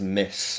miss